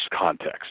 context